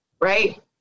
Right